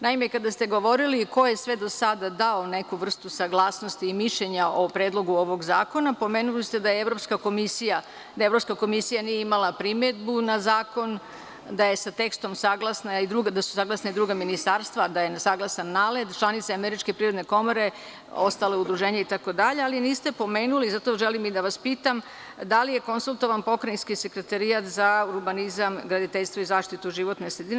Naime, kada ste govorili ko je sve do sada dao neku vrstu saglasnosti i mišljenja o predlogu ovog zakona, pomenuli ste da Evropska komisija nije imala primedbu na zakon, da su sa tekstom saglasna i druga ministarstva, da je saglasan NALED, članice Američke privredne komore, ostala udruženja itd, ali niste pomenuli, zato želim i da vas pitam, da li je konsultovan Pokrajinski sekretarijat za urbanizam, graditeljstvo i zaštitu životne sredine.